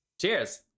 Cheers